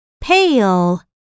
pale